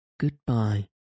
Goodbye